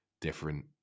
different